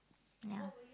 ya